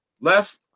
left